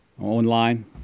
online